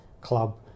club